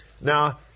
Now